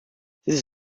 this